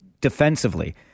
defensively